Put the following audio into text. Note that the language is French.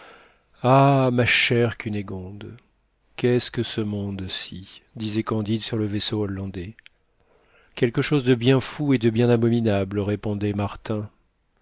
ah ma chère cunégonde qu'est-ce que ce monde-ci disait candide sur le vaisseau hollandais quelque chose de bien fou et de bien abominable répondait martin